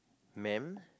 man